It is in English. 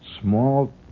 Small